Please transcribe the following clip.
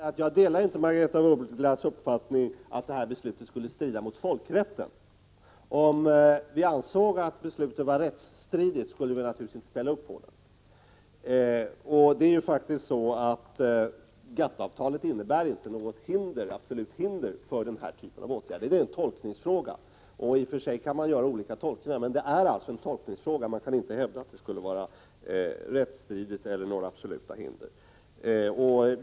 Herr talman! Låt mig först säga att jag inte delar Margaretha af Ugglas uppfattning att det här beslutet skulle strida mot folkrätten. Om vi ansåg att beslutet var rättsstridigt skulle vi naturligtvis inte ställa upp på det. Det är faktiskt så att GATT-avtalet inte innebär något absolut hinder för den här typen av åtgärder. Det blir en tolkningsfråga, och i och för sig kan man göra olika tolkningar, men det går inte att hävda att det skulle vara rättsstridigt eller att det skulle finnas några absoluta hinder.